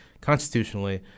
constitutionally